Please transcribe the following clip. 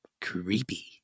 Creepy